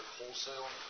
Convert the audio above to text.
wholesale